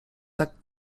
tak